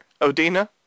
Odina